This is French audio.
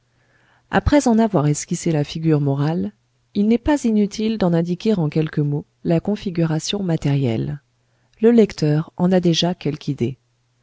après en avoir esquissé la figure morale il n'est pas inutile d'en indiquer en quelques mots la configuration matérielle le lecteur en a déjà quelque idée